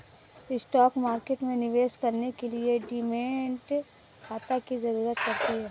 stock market में निवेश करने के लिए डीमैट खाता की जरुरत पड़ती है